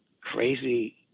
crazy